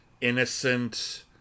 innocent